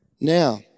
Now